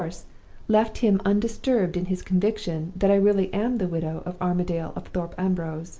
left him undisturbed in his conviction that i really am the widow of armadale of thorpe ambrose.